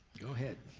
go ahead.